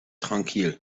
tranquil